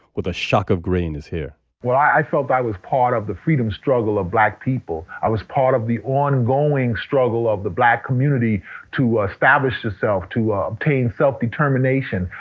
with a shock of gray in his hair well, i felt i was part of the freedom struggle of black people. i was part of the ongoing struggle of the black community to establish itself, to ah obtain self-determination,